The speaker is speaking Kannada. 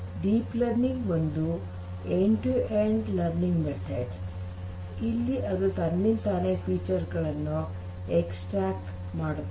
ಡೀಪ್ ಲರ್ನಿಂಗ್ ಒಂದು end to end learning method ಇಲ್ಲಿ ಅದು ತನ್ನಿಂತಾನೇ ವೈಶಿಷ್ಟ್ಯಗಳನ್ನು ಹೊರತೆಗೆಯುತ್ತದೆ